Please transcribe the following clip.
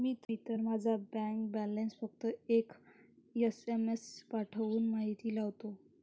मी तर माझा bank balance फक्त एक एस.एम.एस पाठवून माहिती लावतो